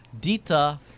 Dita